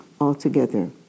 altogether